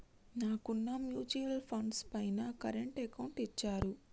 నాకున్న mutual funds పైన current account ఇచ్చారు